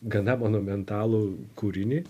gana monumentalų kūrinį